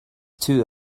two